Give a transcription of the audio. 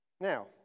Now